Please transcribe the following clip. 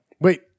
Wait